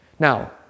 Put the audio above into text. Now